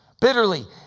Bitterly